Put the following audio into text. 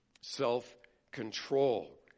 self-control